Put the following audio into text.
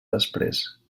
després